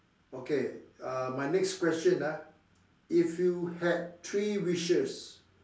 okay uh my next question ah if you had three wishes